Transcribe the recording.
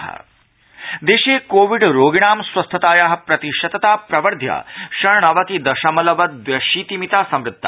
कोविडस्थिति देशे कोविड् रोगिणां स्वस्थताया प्रतिशतता प्रवध्य षण्णवति दशमलव द्व्यशीति मिता संवृता